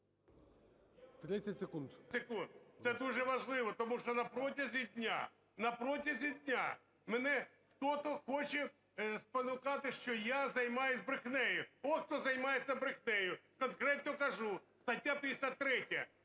...секунд. Це дуже важливо, тому що на протязі дня, на протязі дня мене хто-то хоче спонукати, що я займаюсь брехнею. От хто займається брехнею, конкретно кажу: стаття 53,